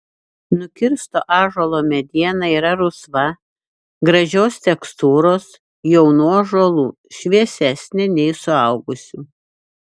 nukirsto ąžuolo mediena yra rusva gražios tekstūros jaunų ąžuolų šviesesnė nei suaugusių